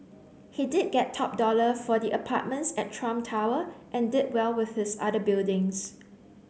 he did get top dollar for the apartments at Trump Tower and did well with his other buildings